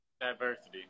diversity